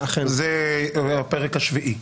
זה הפרק השביעי.